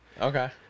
Okay